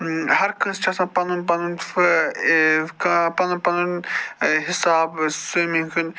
ہر کٲنٛسہِ چھُ آسان پَنُن پَنُن پَنُن پَنُن حِساب سِوِمِنٛگ ہُنٛد